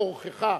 לאורחך,